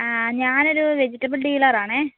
ആ ഞാൻ ഒരു വെജിറ്റബിൾ ഡീലർ ആണേ